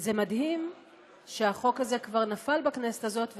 וזה מדהים שהחוק הזה כבר נפל בכנסת הזאת,